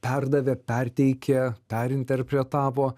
perdavė perteikė perinterpretavo